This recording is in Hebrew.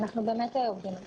אני שמח להיות פה.